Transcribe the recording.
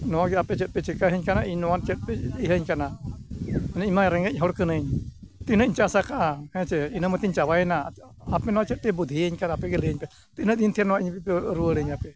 ᱱᱚᱣᱟᱜᱮ ᱟᱯᱮ ᱪᱮᱫᱯᱮ ᱪᱮᱠᱟᱹᱣᱟᱧ ᱠᱟᱱᱟ ᱤᱧ ᱱᱚᱣᱟ ᱪᱮᱫᱯᱮ ᱤᱭᱟᱹᱣᱟᱧ ᱠᱟᱱᱟ ᱢᱟᱱᱮ ᱤᱧᱢᱟ ᱨᱮᱸᱜᱮᱡ ᱦᱚᱲ ᱠᱟᱹᱱᱟᱹᱧ ᱛᱤᱱᱟᱹᱜᱼᱤᱧ ᱪᱟᱥ ᱟᱠᱟᱫᱟ ᱦᱮᱸᱥᱮ ᱤᱱᱟᱹ ᱢᱟᱛᱤᱧ ᱪᱟᱵᱟᱭᱮᱱᱟ ᱟᱯᱮ ᱱᱚᱣᱟ ᱪᱮᱫᱯᱮ ᱵᱩᱫᱽᱫᱷᱤᱭᱟᱹᱧ ᱠᱟᱱᱟ ᱟᱯᱮᱜᱮ ᱞᱟᱹᱭᱟᱹᱧ ᱯᱮ ᱛᱤᱱᱟᱹᱜ ᱫᱤᱱᱛᱮ ᱱᱚᱣᱟ ᱨᱩᱣᱟᱹᱲᱟᱧᱟᱯᱮ